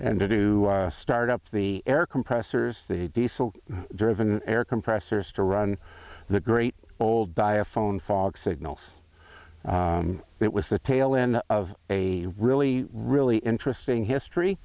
and to do a start up the air compressors the diesel driven air compressors to run the great old by a phone fog signals it was the tail end of a really really interesting history